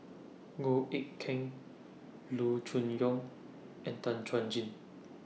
Goh Eck Kheng Loo Choon Yong and Tan Chuan Jin